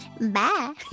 Bye